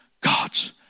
God's